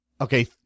Okay